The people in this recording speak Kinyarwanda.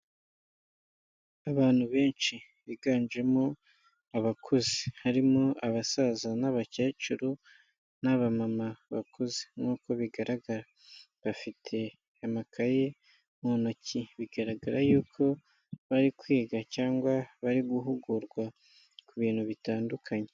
Abantu benshi biganjemo abakuze, harimo abasaza n'abakecuru n'abamama bakuze nk'uko bigaragara. Bafite amakaye mu ntoki, bigaragara yuko bari kwiga cyangwa bari guhugurwa ku bintu bitandukanye.